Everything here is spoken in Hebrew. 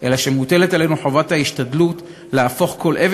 אלא שמוטלת עלינו חובת ההשתדלות להפוך כל אבן